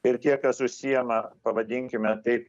ir tie kas užsiema pavadinkime taip